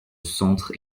centre